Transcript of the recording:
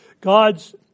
God's